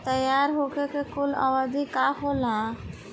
तैयार होखे के कूल अवधि का होला?